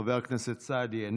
חבר הכנסת סעדי,